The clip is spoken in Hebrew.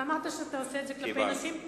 אמרת שאתה עושה את זה כלפי נשים.